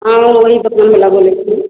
अहाँ ओहि बर्तनबला बोलै छी